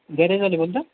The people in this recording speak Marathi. गॅरेजवाले बोलतात